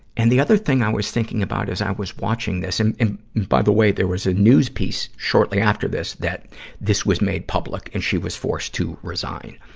and the other thing i was thinking about as i was watching this and, and by the way, there was a news piece shortly after this that this was made public and she was forced to resign.